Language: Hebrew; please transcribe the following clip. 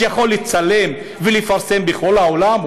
שיכול לצלם ולפרסם בכל העולם?